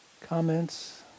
comments